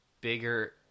bigger